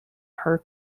her